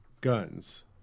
guns